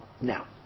Now